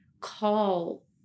call